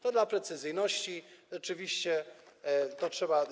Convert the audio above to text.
To dla precyzyjności, rzeczywiście trzeba.